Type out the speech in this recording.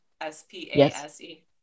s-p-a-s-e